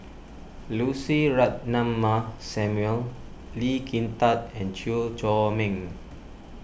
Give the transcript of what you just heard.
Lucy Ratnammah Samuel Lee Kin Tat and Chew Chor Meng